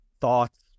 thoughts